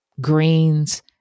greens